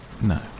No